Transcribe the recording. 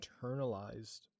internalized